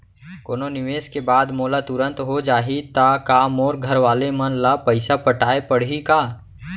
कोनो निवेश के बाद मोला तुरंत हो जाही ता का मोर घरवाले मन ला पइसा पटाय पड़ही का?